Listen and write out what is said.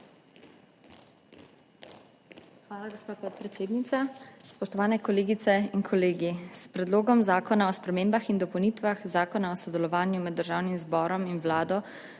Hvala, gospa podpredsednica. Spoštovani kolegice in kolegi! S Predlogom zakona o spremembah in dopolnitvah Zakona o sodelovanju med državnim zborom in vlado